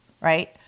right